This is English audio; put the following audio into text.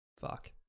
Fuck